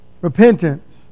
repentance